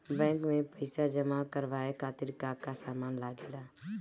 Bank में पईसा जमा करवाये खातिर का का सामान लगेला?